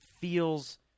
feels